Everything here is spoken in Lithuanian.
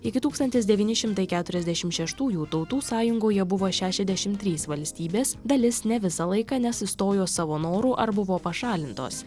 iki tūkstantis devyni šimtai keturiasdešim šeštųjų tautų sąjungoje buvo šešiasdešimt trys valstybės dalis ne visą laiką nes išstojo savo noru ar buvo pašalintos